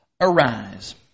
Arise